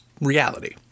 reality